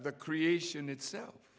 the creation itself